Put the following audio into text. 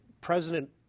President